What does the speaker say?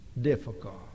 difficult